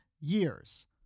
years